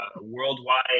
worldwide